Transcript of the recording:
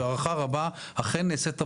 בהערכה רבה אכן נעשית עבודה,